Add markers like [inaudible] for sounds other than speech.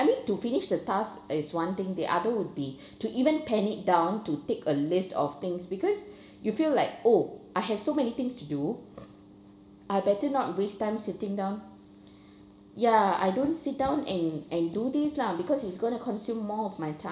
uh need to finish the task is one thing the other would be [breath] to even pen it down to take a list of things because [breath] you feel like oh I have so many things to do I better not waste time sitting down [breath] ya I don't sit down and and do this lah because it's going to consume more of my time